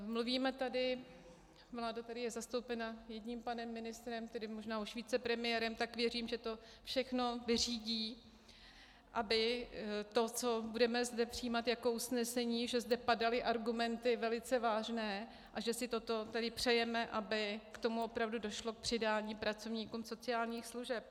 Mluvíme tady, vláda tady je zastoupena jedním panem ministrem, tedy možná už vicepremiérem, tak věřím, že to všechno vyřídí, aby to, co budeme zde přijímat jako usnesení, že zde padaly argumenty velice vážné a že si toto tedy přejeme, aby k tomu opravdu došlo, k přidání pracovníkům sociálních služeb.